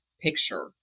picture